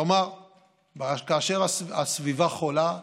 כלומר כאשר הסביבה חולה,